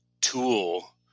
tool